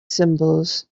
symbols